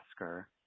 Oscar